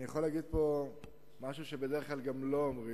אני יכול להגיד פה משהו שבדרך כלל לא אומרים: